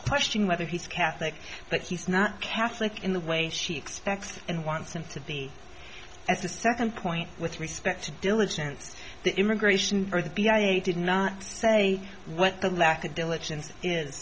questioning whether he's catholic but he's not catholic in the way she expects and wants him to be as a second point with respect to diligence immigration for the b i a did not say what the lack of diligence is